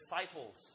disciples